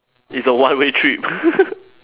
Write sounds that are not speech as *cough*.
it's a one way trip *laughs*